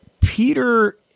Peter